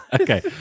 Okay